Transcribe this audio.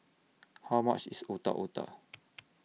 How much IS Otak Otak